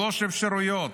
שלוש אפשרויות.